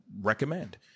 recommend